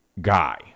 guy